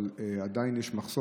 ואולי גם שלך,